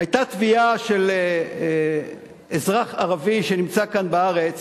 היתה תביעה של אזרח ערבי שנמצא כאן בארץ,